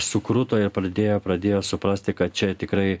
sukruto ir pradėjo pradėjo suprasti kad čia tikrai